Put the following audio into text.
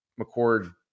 McCord